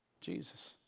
Jesus